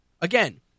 again